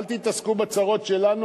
אל תתעסקו בצרות שלנו,